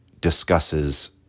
discusses